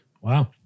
Wow